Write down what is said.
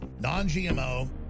non-gmo